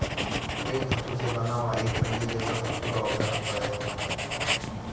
rake धातु से बना हुआ एक पंजे जैसा धातु का औजार होता है